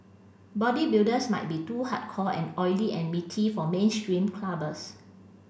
bodybuilders might be too hardcore and oily and meaty for mainstream clubbers